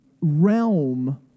realm